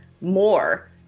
more